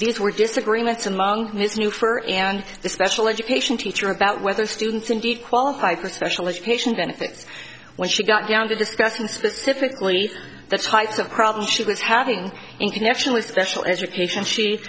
these were disagreements among his new for and the special education teacher about whether students indeed qualify for special education benefits when she got down to discussing specifically the types of problems she was having in connection with special education she